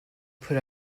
put